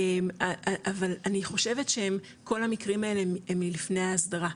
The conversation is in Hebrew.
אבל אני חושבת שכל המקרים האלה הם מלפני ההסדרה,